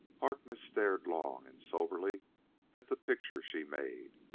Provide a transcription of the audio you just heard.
harkness stared long and soberly at the picture she made,